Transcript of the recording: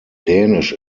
dänisch